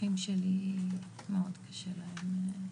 האחים שלי מאוד קשה להם.